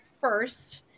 first